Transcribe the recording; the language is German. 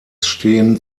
stehen